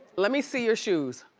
let me see your shoes.